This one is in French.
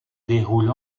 déroule